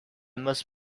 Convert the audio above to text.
must